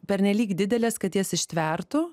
pernelyg didelės kad jas ištvertų